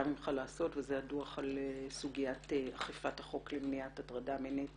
ממך לעשות וזה הדוח על סוגיית אכיפת החוק למניעת הטרדה מינית